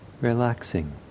relaxing